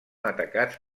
atacats